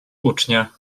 ucznia